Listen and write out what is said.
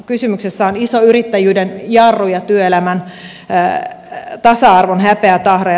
kysymyksessä on iso yrittäjyyden jarru ja työelämän tasa arvon häpeätahra